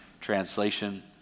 Translation